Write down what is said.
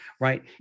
right